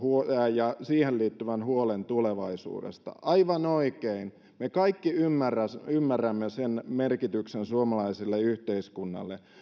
ja siihen liittyvän huolen tulevaisuudesta aivan oikein me kaikki ymmärrämme sen merkityksen suomalaiselle yhteiskunnalle